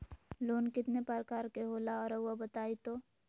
Loan कितने पारकर के होला रऊआ बताई तो?